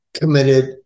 committed